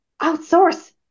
outsource